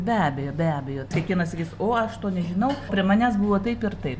be abejo be abejo kiekvienas sakys o aš to nežinau prie manęs buvo taip ir taip